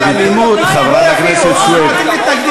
את זה אנחנו יודעים, חברת הכנסת סויד.